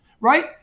right